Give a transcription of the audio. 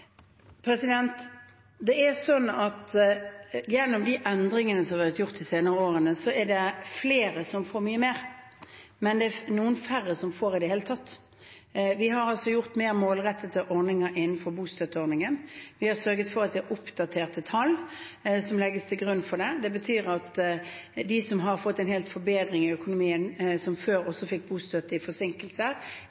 Det er sånn at gjennom de endringene som har vært gjort de senere årene, er det flere som får mye mer, men det er noen færre som ikke får i det hele tatt. Vi har altså gjort ordningene innenfor bostøtteordningen mer målrettede. Vi har sørget for at det er oppdaterte tall som legges til grunn. Det betyr at de som har fått en forbedring i økonomien, som før